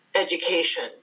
education